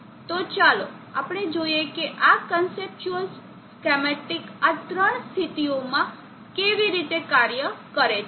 તો ચાલો આપણે જોઈએ કે આ કન્સેપ્ચુઅલ સ્કેમેટીક આ ત્રણ સ્થિતિઓમાં કેવી રીતે કાર્ય કરે છે